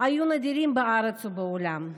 היו די נדירים בארץ ובעולם.